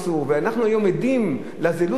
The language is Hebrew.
ואנחנו היום עדים לזילות הזאת,